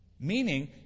Meaning